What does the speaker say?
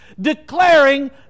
declaring